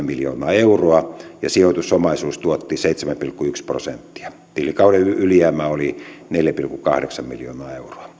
miljoonaa euroa ja sijoitusomaisuus tuotti seitsemän pilkku yksi prosenttia tilikauden ylijäämä oli neljä pilkku kahdeksan miljoonaa euroa